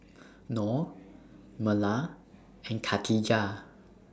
Nor Melur and Khatijah